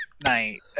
night